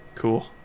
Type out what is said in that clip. cool